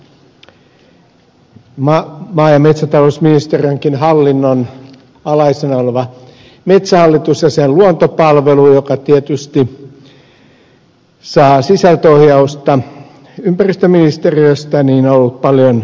maa ja metsätalousministeriönkin hallinnon alaisena oleva metsähallitus ja sen luontopalvelut jotka tietysti saavat sisältöohjausta ympäristöministeriöstä ovat olleet paljon keskustelun kohteena